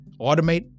automate